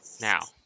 Now